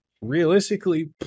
realistically